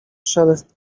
szelest